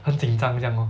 很紧张这样 lor